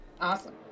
Awesome